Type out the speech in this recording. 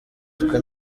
twe